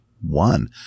one